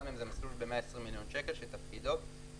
אחד מהם הוא מסלול של 120 מיליון שקלים שתפקידו הוא